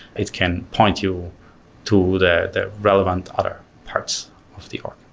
it can point you to the the relevant other parts of the org.